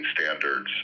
standards